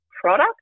product